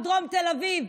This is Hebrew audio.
בדרום תל אביב,